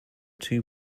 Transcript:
two